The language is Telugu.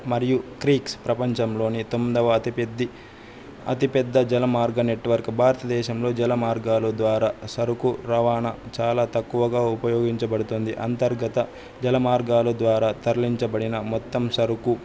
మరియు క్రీక్స్ ప్రపంచంలోనే తొమ్మిదవ అతి పెద్ది అతి పెద్ద జలమార్గ నెట్వర్క్ భారతదేశంలో జలమార్గాలు ద్వారా సరుకు రవాణా చాలా తక్కువగా ఉపయోగించబడుతోంది అంతర్గత జలమార్గాలు ద్వారా తరలించబడిన మొత్తం సరుకు